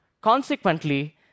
Consequently